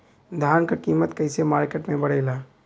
धान क कीमत कईसे मार्केट में बड़ेला?